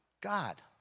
God